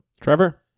Trevor